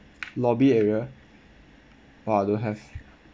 lobby area !wah! don't have !wah!